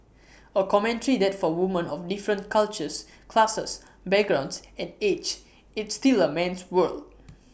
A commentary that for women of different cultures classes backgrounds and age it's still A man's world